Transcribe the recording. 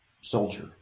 soldier